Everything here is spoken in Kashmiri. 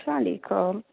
اسلام علیکُم